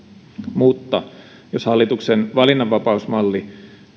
mutta jos hallituksen valinnanvapausmalli